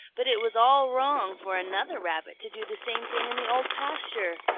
but it was all wrong for another rabbit to do the same thing in the old pasture.